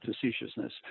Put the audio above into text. facetiousness